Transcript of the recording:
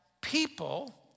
people